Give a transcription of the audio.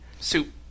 Soup